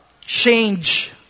change